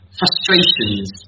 frustrations